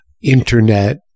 Internet